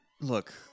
Look